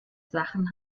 sachen